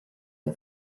che